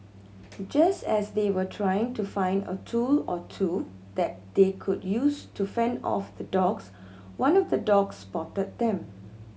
just as they were trying to find a tool or two that they could use to fend off the dogs one of the dogs spotted them